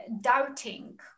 doubting